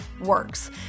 works